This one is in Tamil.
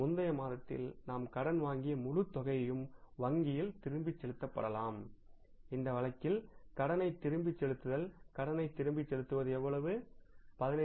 எனவே முந்தைய மாதத்தில் நாம் கடன் வாங்கிய முழுத் தொகையும் வங்கியில் திருப்பிச் செலுத்தப்படலாம் இந்த வழக்கில் கடனை திருப்பிச் செலுத்துதல் கடனை திருப்பிச் செலுத்துவது எவ்வளவு 15500